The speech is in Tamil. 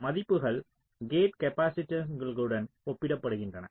மதிப்புகள் கேட் காப்பாசிட்டன்ஸ்களுடன் ஒப்பிடப்படுகின்றன